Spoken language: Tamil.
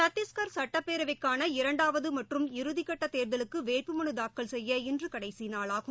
சத்திஷ்கா் சட்டப்பேரவைக்கான இரண்டாவது மற்றும் இறுதிக்கட்டத் தோ்தலுக்கு வேட்புமனு தாக்கல் செய்ய இன்று கடைசி நாளாகும்